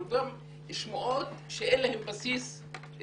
ורוב הדברים אלה הן שמועות שאין להן בסיס במציאות.